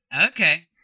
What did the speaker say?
Okay